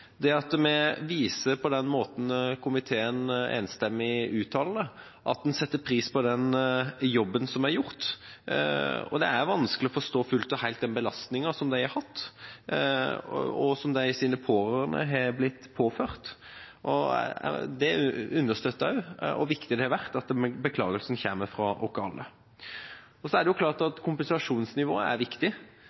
komiteen enstemmig uttaler, viser at vi setter pris på den jobben som er gjort. Det er vanskelig å forstå fullt og helt den belastningen de har hatt og som deres pårørende har blitt påført. Det understøtter også hvor viktig det har vært at beklagelsen kommer fra oss alle. Det er klart at kompensasjonsnivået er viktig.